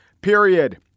period